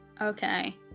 Okay